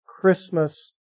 Christmas